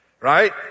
Right